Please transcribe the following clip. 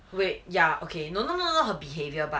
wait ya okay no no no her behaviour but